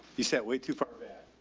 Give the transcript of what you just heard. you sat way too far back.